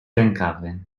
rękawy